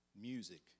music